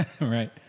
Right